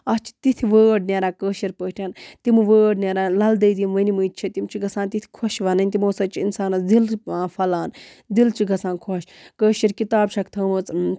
اَتھ چھِ تِتھۍ وٲرڑ نیران کٲشِر پٲٹھٮ۪ن تِم وٲرڑ نیران لَل دیٚدۍ یِم ؤنۍمٕتۍ چھِ تِم چھِ گَژھان تِتھۍ خۄش وَنٕنۍ تِمو سۭتۍ چھُ اِنسانَس دِل پھۅلان دِل چھُ گَژھان خۄش کٲشِر کِتاب چھَکھ تھٲومٕژ